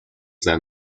them